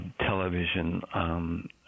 television